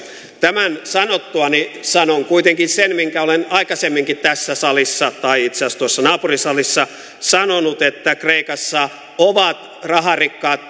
tämän sanottuani sanon kuitenkin sen minkä olen aikaisemminkin tässä salissa tai itse asiassa tuossa naapurisalissa sanonut että kreikassa ovat raharikkaat